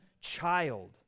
child